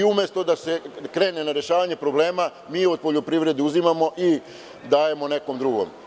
Umesto da se krene na rešavanje problema mi od poljoprivrede uzimamo i dajemo nekom drugom.